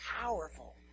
powerful